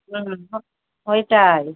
হুম হো ওইটাই